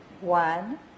One